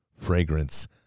fragrance